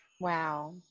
Wow